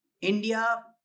India